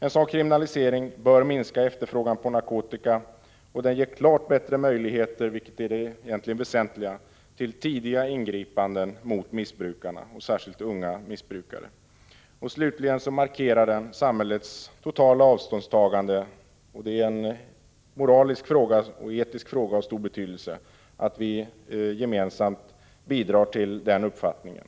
En kriminalisering bör minska efterfrågan på narkotika, och den ger klart bättre möjligheter, vilket egentligen är det väsentliga, till tidiga ingripanden mot missbrukarna, särskilt de unga missbrukarna. Slutligen markerar det samhällets totala avståndstagande. Det är en moralisk och etisk fråga av stor betydelse att vi gemensamt bidrar till den uppfattningen.